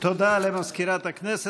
הצעת חוק מדד לזכות לקיום אנושי בכבוד,